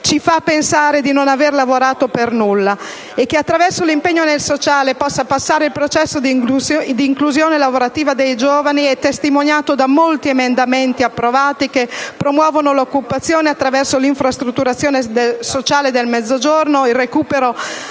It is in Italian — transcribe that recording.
ci fa pensare di non aver lavorato per nulla. Che attraverso l'impegno nel sociale possa passare il processo di inclusione lavorativa dei giovani è testimoniato da molti emendamenti approvati, che promuovono l'occupazione attraverso l'infrastrutturazione sociale del Mezzogiorno, il recupero